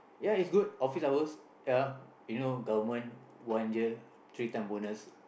ya it's good office hours ya you know government one year three time bonus